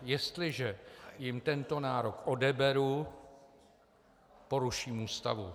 Jestliže jim tento nárok odeberu, poruším Ústavu.